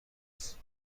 است